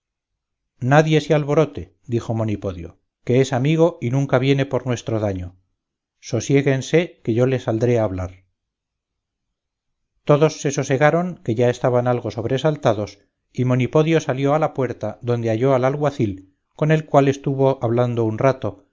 nadie se alborote dijo monipodio que es amigo y nunca viene por nuestro daño sosiéguense que yo le saldré a hablar todos se sosegaron que ya estaban algo sobresaltados y monipodio salió a la puerta donde halló al alguacil con el cual estuvo hablando un rato